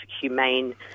humane